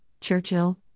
Churchill